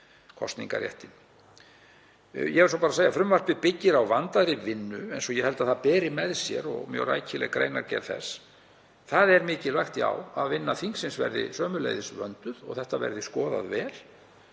Ég verð svo bara að segja að frumvarpið byggist á vandaðri vinnu eins og ég held að það og mjög rækileg greinargerð þess beri með sér. Það er mikilvægt, já, að vinna þingsins verði sömuleiðis vönduð og þetta verði skoðað vel.